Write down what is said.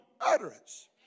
utterance